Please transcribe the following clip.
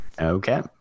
Okay